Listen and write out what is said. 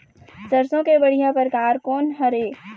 सरसों के बढ़िया परकार कोन हर ये?